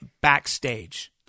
backstage